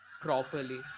properly